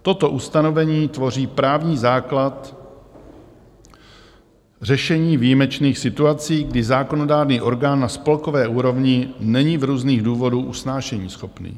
Toto ustanovení tvoří právní základ řešení výjimečných situací, kdy zákonodárný orgán na spolkové úrovni není z různých důvodů usnášeníschopný.